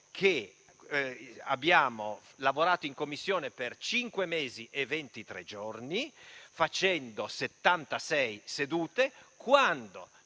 che abbiamo lavorato in Commissione per cinque mesi e ventitré giorni, facendo 76 sedute quando,